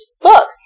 book